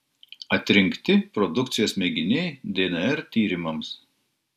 atrinkti produkcijos mėginiai dnr tyrimams